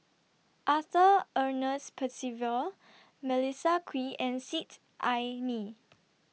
Arthur Ernest Percival Melissa Kwee and Seet Ai Mee